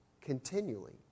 continually